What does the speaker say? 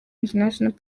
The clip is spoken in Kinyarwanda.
international